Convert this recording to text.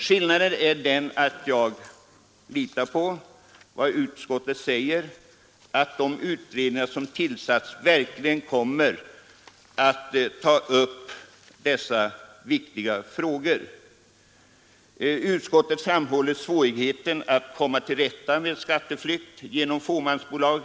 Skillnaden är den att jag litar på vad utskottet säger, att de utredningar som har tillsatts verkligen kommer att ta upp dessa viktiga frågor. I utskottet framhålls svårigheterna att komma till rätt med skatteflykt genom fåmansbolag.